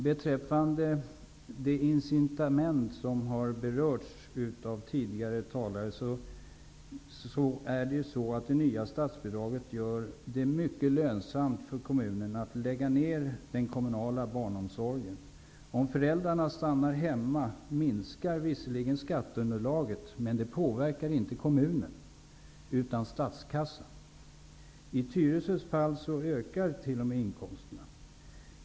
Beträffande det incitament som tidigare talare har varit inne på är det så, att det nya statsbidraget gör det mycket lönsamt för kommunen att lägga ned den kommunala barnomsorgen. Om föräldrarna stannar hemma minskar visserligen skatteunderlaget, men det påverkar inte kommunen, utan statskassan. I Tyresös fall ökar t.o.m. inkomsterna!